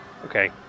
Okay